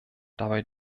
dabei